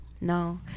no